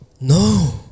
no